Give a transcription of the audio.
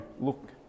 look